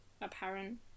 apparent